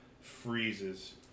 freezes